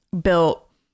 built